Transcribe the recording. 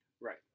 Right